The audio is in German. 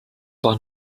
war